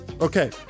Okay